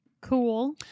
Cool